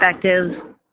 perspective